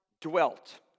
dwelt